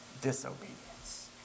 disobedience